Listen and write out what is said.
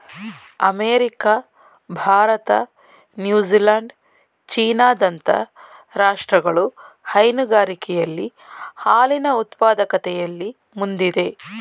America, Bharat, New Zealand, China ದಂತ ರಾಷ್ಟ್ರಗಳು ಹೈನುಗಾರಿಕೆಯಲ್ಲಿ ಹಾಲಿನ ಉತ್ಪಾದಕತೆಯಲ್ಲಿ ಮುಂದಿದೆ